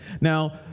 Now